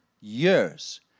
years